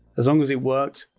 as long as it worked,